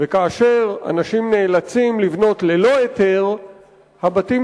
וכאשר אנשים נאלצים לבנות ללא היתר הבתים